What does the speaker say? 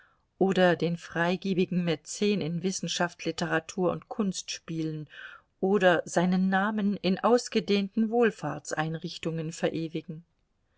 oder den freigebigen mäzen in wissenschaft literatur und kunst spielen oder seinen namen in ausgedehnten wohlfahrtseinrichtungen verewigen